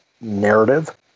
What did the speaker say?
narrative